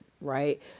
right